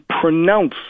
pronounce